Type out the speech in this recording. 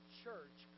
church